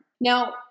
Now